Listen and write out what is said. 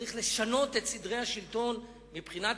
צריך לשנות את סדרי השלטון מבחינת